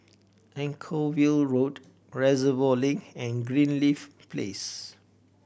Anchorvale Road Reservoir Link and Greenleaf Place